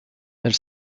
elle